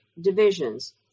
divisions